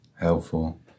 helpful